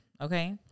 Okay